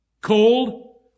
cold